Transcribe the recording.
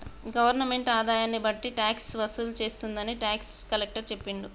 government ఆదాయాన్ని బట్టి tax వసూలు చేస్తుందని టాక్స్ కలెక్టర్ చెప్పిండు